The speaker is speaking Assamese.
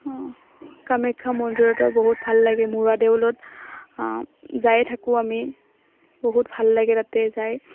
কামাখ্যা মন্দিৰতো বহুত ভাল লাগে মূৰা দেউলত যায়ে থাকোঁ আমি বহুত ভাল লাগে তাতে যাই